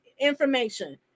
information